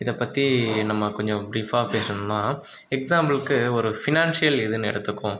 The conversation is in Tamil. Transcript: இதை பற்றி நம்ம கொஞ்சம் பிரீஃப்பாக பேசணும்னா எக்ஸாம்புள்க்கு ஒரு ஃபினான்சியல் இதுன்னு எடுத்துக்குவோம்